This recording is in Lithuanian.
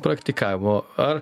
praktikavimo ar